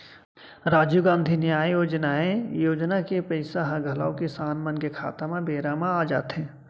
राजीव गांधी न्याय योजनाए योजना के पइसा ह घलौ किसान मन के खाता म बेरा म आ जाथे